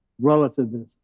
relativism